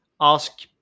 ask